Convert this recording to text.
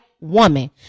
woman